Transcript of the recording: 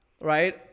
right